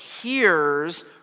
hears